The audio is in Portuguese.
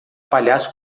palhaço